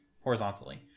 horizontally